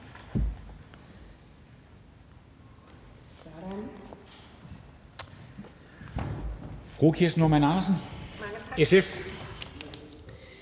fru Kirsten Normann Andersen, SF.